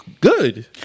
good